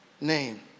name